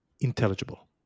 intelligible